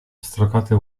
pstrokaty